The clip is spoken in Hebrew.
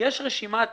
יש רשימת "מומלצים",